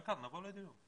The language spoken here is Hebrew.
כן, נבוא לדיון.